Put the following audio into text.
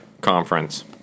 conference